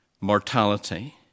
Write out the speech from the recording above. mortality